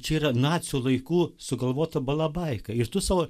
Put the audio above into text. čia yra nacių laikų sugalvota balabaika ir tu sau